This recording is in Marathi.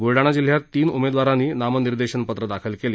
बुलढाणा जिल्ह्यात तीन उमेदवारांनी नामनिर्देशनपत्रं दाखल केली